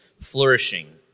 flourishing